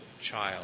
child